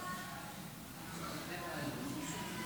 סעיפים 1 8 נתקבלו.